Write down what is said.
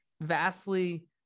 vastly